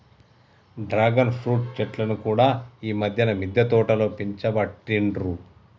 dragon fruit చెట్లను కూడా ఈ మధ్యన మిద్దె తోటలో పెంచబట్టిండ్రు